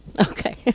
okay